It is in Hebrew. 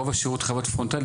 רוב השירות חייב להיות פרונטלי,